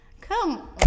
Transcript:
Come